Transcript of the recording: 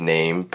Name